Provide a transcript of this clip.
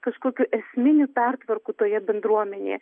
kažkokių esminių pertvarkų toje bendruomenėje